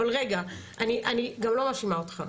אבל רגע, אני גם לא מאשימה אותך.